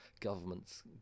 governments